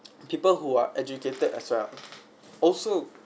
people who are educated as well also